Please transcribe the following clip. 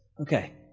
Okay